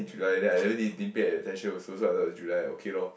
July then I really didn't pay attention also so I thought July okay loh